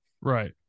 Right